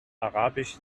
arabisch